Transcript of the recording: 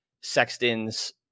Sexton's